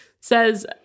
says